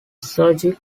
sergei